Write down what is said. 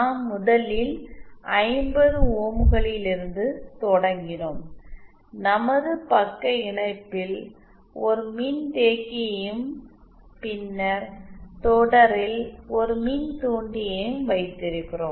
நாம் முதலில் 50 ஓம்களிலிருந்து தொடங்கினோம் நாம் பக்க இணைப்பில் ஒரு மின்தேக்கியையும் பின்னர் தொடரில் ஒரு மின்தூண்டியையும் வைத்திருக்கிறோம்